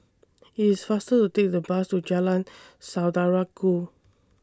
IT IS faster to Take The Bus to Jalan Saudara Ku